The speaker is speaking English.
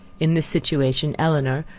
in this situation, elinor,